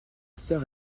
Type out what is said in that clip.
sœur